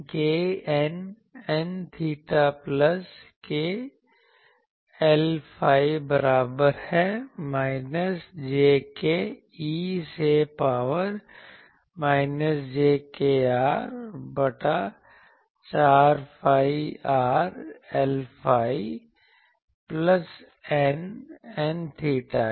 k η N𝚹 plus k Lϕ बराबर है minus j k e से पावर माइनस j kr बटा 4 phi r Lϕ plus η N𝚹 के